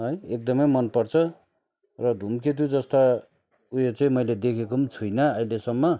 है एकदमै मनपर्छ र धुमकेतु जस्ता उयो चैँ मैले खेदेकोम् छुइँन ऐलेसम्म